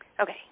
Okay